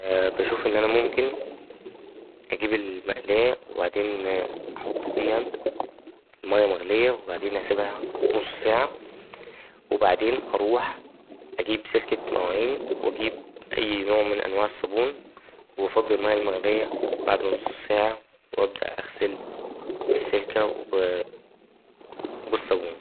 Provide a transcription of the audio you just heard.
بشوف إن أنا ممكن أجيب المقلاه وبعدين أحط فيها مايه مغليه وبعدين أسيبها نص ساعة وبعدين أروح أجيب سلكة مواعين وأجيب أي نوع من أنواع الصابون وأفضي المايه المغليه بعد نص ساعة وأبدأ أغسل بالسلكة والصابونة.